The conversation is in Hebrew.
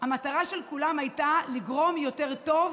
המטרה של כולם הייתה לגרום ליותר טוב